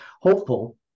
hopeful